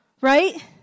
right